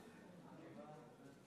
גם חושב שזו היסטוריה קטנה.